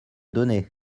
donné